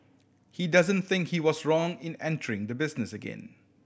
he doesn't think he was wrong in entering the business again